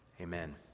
Amen